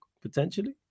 Potentially